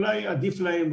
אולי עדיף להם,